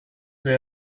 wer